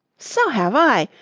so have i!